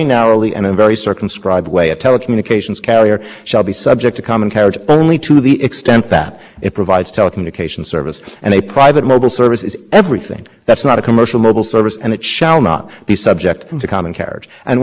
question about how tensions in the statute between these two provisions gets resolved has to be resolved in the direction of no common carriage not creating common carriage and if i could just say a word about the internet conduct standard because the commission said